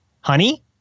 honey